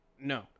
No